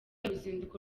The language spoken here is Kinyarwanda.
uruzinduko